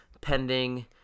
pending